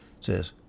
says